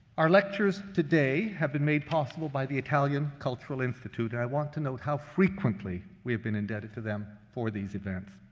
our lectures today have been made possible by the italian cultural institute, and i want to note how frequently we have been indebted to them for these events.